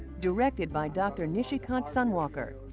directed by dr. nishikant sonwalkar,